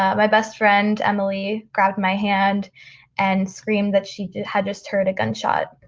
um my best friend emily grabbed my hand and screamed that she had just heard a gunshot.